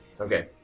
Okay